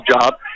job